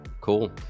cool